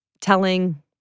telling